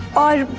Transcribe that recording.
i